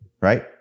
right